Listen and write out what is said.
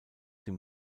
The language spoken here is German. dem